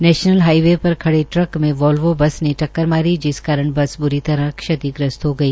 national highway पर खड़े truck में वोल्वो बस ने टक्कर मारी जिस कारण बस बुरी तरह क्षतिग्रस्त हो गई